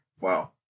wow